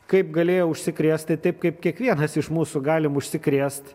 kaip galėjo užsikrėst tai taip kaip kiekvienas iš mūsų galim užsikrėst